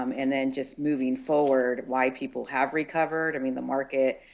um and then just moving forward why people have recovered. i mean, the market